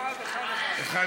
1:1?